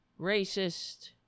racist